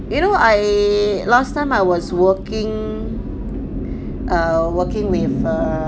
you know I last time I was working err working with err